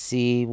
See